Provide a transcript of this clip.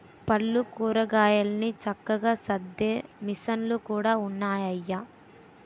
పళ్ళు, కూరగాయలన్ని చక్కగా సద్దే మిసన్లు కూడా ఉన్నాయయ్య